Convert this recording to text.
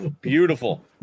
beautiful